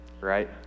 right